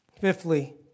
Fifthly